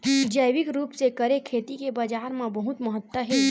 जैविक रूप से करे खेती के बाजार मा बहुत महत्ता हे